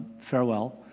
farewell